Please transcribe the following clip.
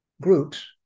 groups